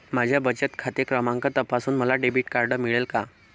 माझा बचत खाते क्रमांक तपासून मला डेबिट कार्ड मिळेल का?